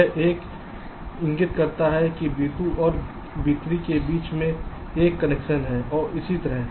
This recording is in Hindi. यह 1 इंगित करता है कि V2 और V3 के बीच एक कनेक्शन है और इसी तरह